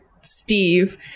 steve